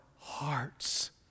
hearts